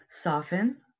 soften